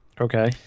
Okay